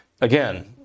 again